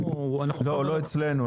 לא, לא אצלנו.